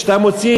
כשאתה מוציא